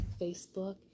Facebook